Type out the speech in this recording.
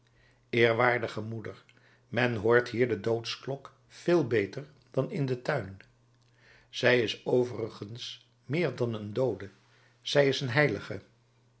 eerwaardige moeder men hoort hier de doodsklok veel beter dan in den tuin zij is overigens meer dan een doode zij is een heilige